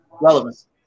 Relevance